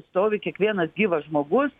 stovi kiekvienas gyvas žmogus